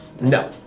No